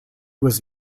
was